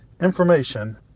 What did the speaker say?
Information